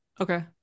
Okay